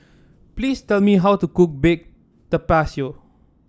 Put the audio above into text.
please tell me how to cook Baked Tapioca